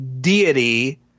deity